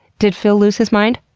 did phil lose his mind?